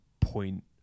point